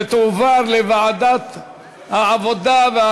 ותועבר לוועדת העבודה,